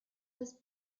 was